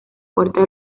puertas